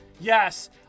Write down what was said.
Yes